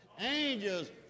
angels